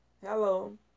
Hello